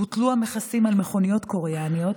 בוטלו המכסים על מכוניות קוריאניות,